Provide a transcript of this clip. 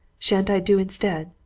shan't i do instead?